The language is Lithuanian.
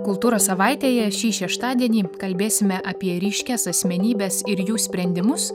kultūros savaitėje šį šeštadienį kalbėsime apie ryškias asmenybes ir jų sprendimus